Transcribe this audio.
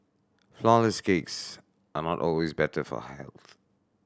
flourless cakes are not always better for health